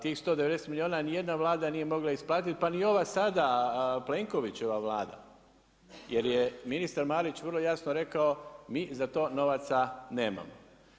Tih 190 milijuna niti jedna Vlada nije mogla isplatiti pa ni ova sada Plenkovićeva Vlada jer je ministar Marić vrlo jasno rekao, mi za to novaca nemamo.